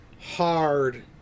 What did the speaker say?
hard